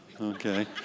Okay